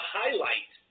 highlight